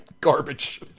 garbage